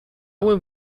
will